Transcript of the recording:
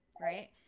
Right